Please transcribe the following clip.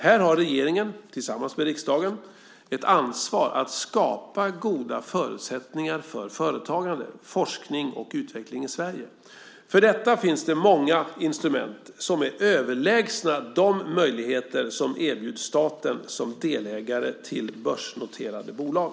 Här har regeringen, tillsammans med riksdagen, ett ansvar att skapa goda förutsättningar för företagande, forskning och utveckling i Sverige. För detta finns det många instrument som är överlägsna de möjligheter som erbjuds staten som delägare till börsnoterade bolag.